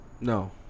No